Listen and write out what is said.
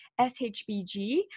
SHBG